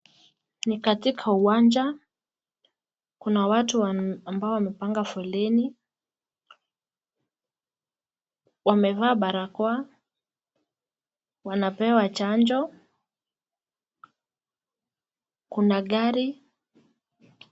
Ni katika uwanja Kuna watu Wana ambao wamepanga foleni wamevaa barakoa wanapewa chanjo Kuna gari.